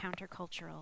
countercultural